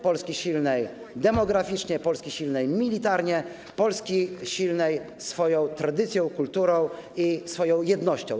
Polski silnej demograficznie, Polski silnej militarnie, Polski silnej swoją tradycją, kulturą i jednością.